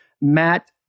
Matt